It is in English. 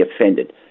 offended